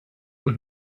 und